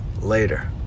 Later